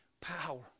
power